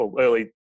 early